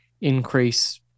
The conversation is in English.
increase